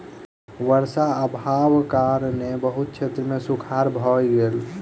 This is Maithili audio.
वर्षा अभावक कारणेँ बहुत क्षेत्र मे सूखाड़ भ गेल